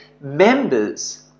members